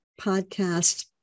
Podcast